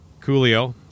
Coolio